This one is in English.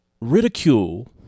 ridicule